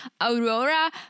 Aurora